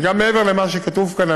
וגם מעבר למה שכתוב כאן,